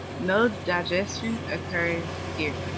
no digestion occurs here.